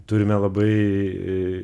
turime labai